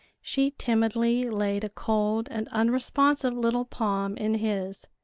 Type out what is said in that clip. she timidly laid a cold and unresponsive little palm in his.